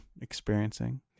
experiencing